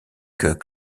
que